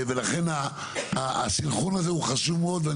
ולכן, הסנכרון הזה הוא חשוב מאוד.